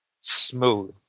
smooth